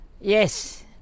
Yes